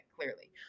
clearly